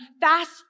fast